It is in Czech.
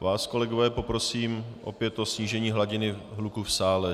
Vás, kolegové, poprosím opět o snížení hladiny hluku v sále.